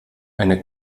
eine